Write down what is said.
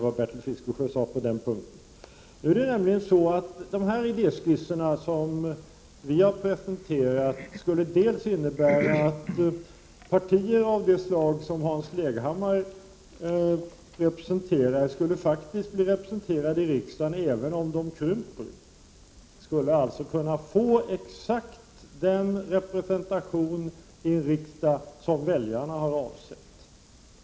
Vad Bertil Fiskesjö sade på den punkten kan jag instämma i. Den idéskiss som vi har presenterat skulle innebära att partier av det slag som Hans Leghammar representerar faktiskt skulle bli representerade i riksdagen även om de krymper. De skulle alltså få exakt den representation i riksdagen som väljarna har avsett.